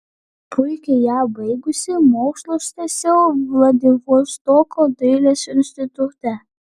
puikiai ją baigusi mokslus tęsiau vladivostoko dailės institute